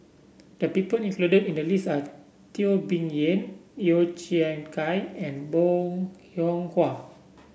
the people included in the list are Teo Bee Yen Yeo Kian Chye and Bong Hiong Hwa